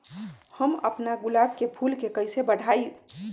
हम अपना गुलाब के फूल के कईसे बढ़ाई?